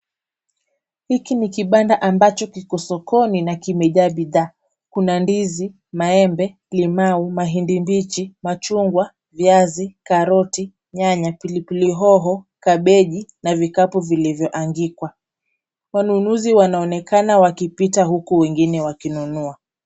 Hiki ni kibanda ambacho kiko sokoni na kimejaa bidhaa. Kuna ndizi, maembe, limau, mahindi mbichi , machungwa, viazi, karoti, nyanya, pilipili hoho, kabeji na vikapu vilivyoangikwa. Wanunuzi wanaonekana wakipita huku wengine wakinunua.